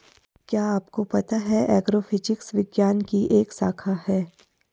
क्या आपको पता है एग्रोफिजिक्स विज्ञान की एक शाखा है?